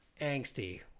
angsty